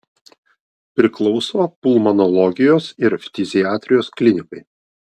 priklauso pulmonologijos ir ftiziatrijos klinikai